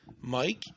Mike